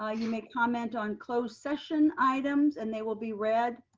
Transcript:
ah you may comment on closed session items and they will be read.